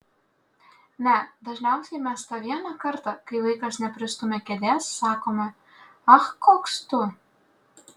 ne dažniausiai mes tą vieną kartą kai vaikas nepristumia kėdės sakome ach koks tu